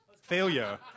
failure